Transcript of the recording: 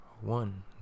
one